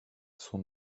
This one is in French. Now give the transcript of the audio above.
son